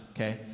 Okay